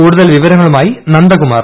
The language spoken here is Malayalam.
കൂടുതൽ വിവരങ്ങളുമായി നന്ദകുമാർ